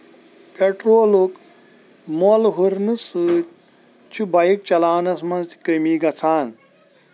پیٹرولُک مۄلہٕ ہُرنہٕ سۭتۍ چھِ بایک چلاونَس منٛز تہِ کٔمی گژھان